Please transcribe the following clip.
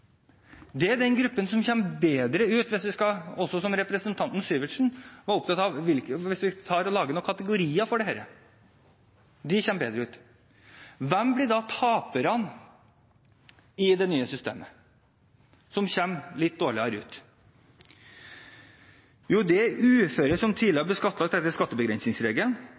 Det er den gruppen som kommer bedre ut hvis vi, som også representanten Syversen var opptatt av, lager noen kategorier for dette – de kommer bedre ut. Hvem blir da taperne i det nye systemet og kommer litt dårligere ut? Jo, det er uføre som tidligere er blitt skattet etter skattebegrensningsregelen,